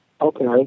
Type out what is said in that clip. Okay